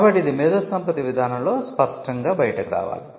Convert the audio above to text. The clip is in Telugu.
కాబట్టి ఇది మేధోసంపత్తి విధానంలో స్పష్టంగా బయటకు రావాలి